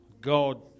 God